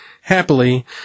happily